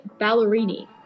Ballerini